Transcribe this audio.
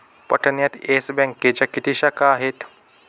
पाटण्यात येस बँकेच्या किती शाखा आहेत?